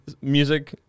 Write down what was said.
music